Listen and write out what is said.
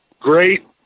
Great